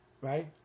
Right